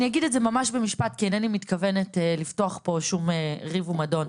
אני אגיד את זה ממש במשפט כי אינני מתכוונת לפתוח פה שום ריב ומדון,